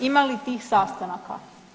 Ima li tih sastanaka?